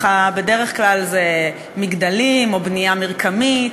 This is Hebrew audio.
בדרך כלל זה מגדלים או בנייה מרקמית,